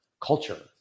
culture